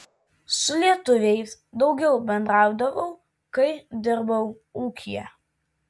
su lietuviais daugiau bendraudavau kai dirbau ūkyje